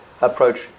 approach